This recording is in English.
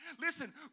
Listen